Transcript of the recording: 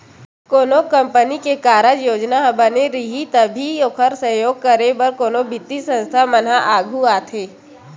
कोनो कंपनी के कारज योजना ह बने रइही तभी ओखर सहयोग करे बर कोनो बित्तीय संस्था मन ह आघू आथे